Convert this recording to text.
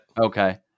Okay